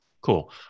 Cool